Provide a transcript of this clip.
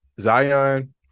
Zion